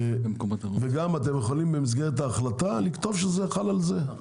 וגם אתם יכולים במסגרת ההחלטה לכתוב שזה חל על זה,